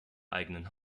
eigenen